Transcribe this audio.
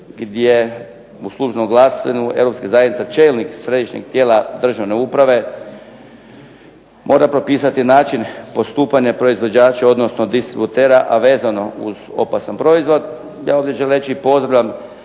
gdje u službenom glasilu Europske zajednice čelnik središnjeg tijela državne uprave mora propisati način postupanja proizvođača odnosno distributera, a vezano uz opasan proizvod. Ja ovdje želim reći i pozdravljam